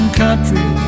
country